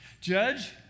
Judge